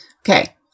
Okay